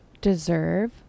deserve